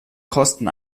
kosten